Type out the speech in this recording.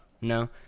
No